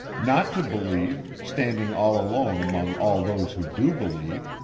not to believe, standing all alone among all those who do believe,